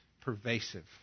pervasive